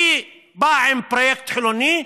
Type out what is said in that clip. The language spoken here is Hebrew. מי בא עם פרויקט חילוני?